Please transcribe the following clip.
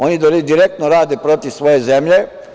Oni direktno rade protiv svoje zemlje.